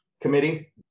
committee